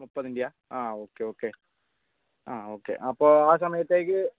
മുപ്പത്തിന്റെയാണോ ആ okay okay അപ്പോൾ ആ സമയത്തേക്ക്